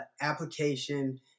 application